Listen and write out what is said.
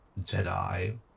Jedi